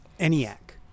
ENIAC